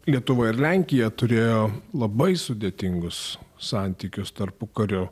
lietuva ir lenkija turėjo labai sudėtingus santykius tarpukariu